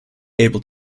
able